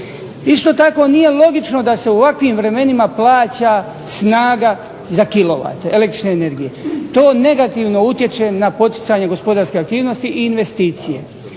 Isto tako nije logično da se u ovakvim vremenima plaća snaga za kilovate električne energije. To negativno utječe na poticanje gospodarske aktivnosti i investicije.